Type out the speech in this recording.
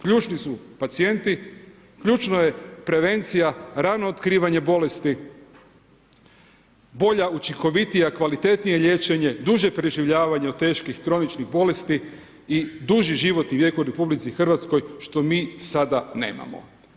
Ključni su pacijenti, ključna je prevencija, rano otkrivanje bolesti, bolje, učinkovitije kvalitetnije liječenje, duže preživljavanje od teških kroničnih bolesti i duži život i vijek u RH što mi sada nemamo.